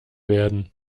werden